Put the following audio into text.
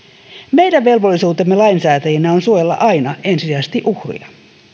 meidän velvollisuutemme lainsäätäjinä on suojella aina ensisijaisesti uhria